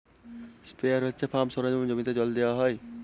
sprayer হচ্ছে farm সরঞ্জাম জমিতে জল দেওয়া হয়